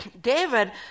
David